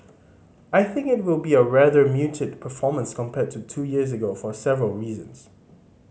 I think it will be a rather muted performance compared to two years ago for several reasons